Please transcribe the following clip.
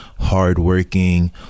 hardworking